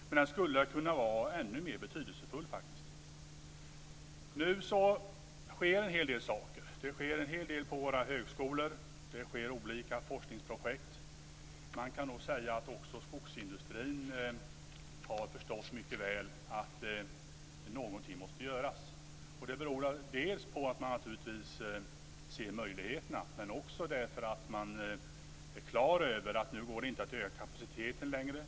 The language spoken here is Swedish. Men den skulle kunna var ännu mer betydelsefull. Nu sker en hel del saker. Det sker en hel del på våra högskolor. Det sker olika forskningsprojekt. Man kan nog säga att också skogsindustrin mycket väl har förstått att någonting måste göras. Det beror på att man naturligtvis ser möjligheterna men också på att man är klar över att det nu inte går att öka kapaciteten längre.